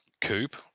coupe